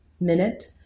minute